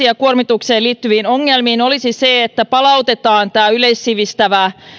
ja kuormitukseen liittyviin ongelmiin olisi se että palautetaan tämä yleissivistävä